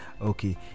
okay